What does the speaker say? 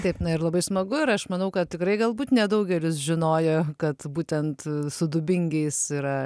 taip na ir labai smagu ir aš manau kad tikrai galbūt nedaugelis žinojo kad būtent su dubingiais yra